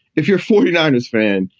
if you're forty niners fan,